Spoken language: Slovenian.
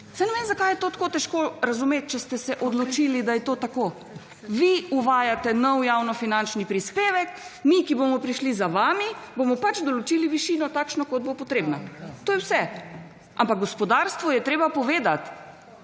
saj ne vem zakaj je to tako težko razumeti, če ste se odločili, da je to tako. Vi uvajate novi javno finančni prispevek. Mi, ki bomo prišli za vami bomo pač določili višino takšno kot bo potrebna in to je vse. Ampak gospodarstvu je treba povedati